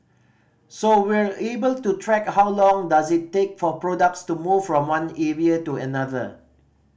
so we're able to track how long does it take for products to move from one area to another